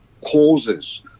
causes